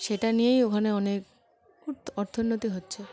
সেটা নিয়েই ওখানে অনেক অর্থোন্নতি হচ্ছে